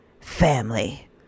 family